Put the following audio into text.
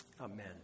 Amen